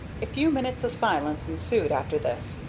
a few minutes of silence ensued after this,